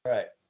Right